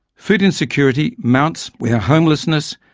food insecurity mounts where homelessness,